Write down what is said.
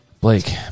Blake